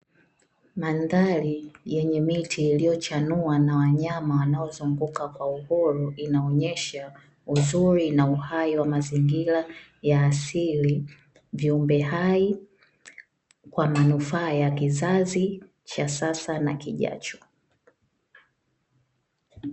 Mandhari yenye miti iliyochanua na wanyama wanaozunguka kwa uhuru inaonesha uzuri na uhai wa mazingira ya asili, viumbe hai kwa manufaa ya kizazi cha sasa na kijacho.